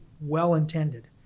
well-intended